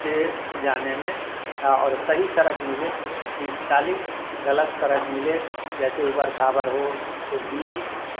से जाने में और सही सड़क मिले तो तीस चालीस ग़लत सड़क मिले जैसे उबड़ खाबड़ हो तो बीस